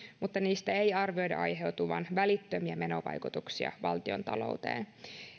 mutta niistä ei arvioida aiheutuvan välittömiä menovaikutuksia valtiontalouteen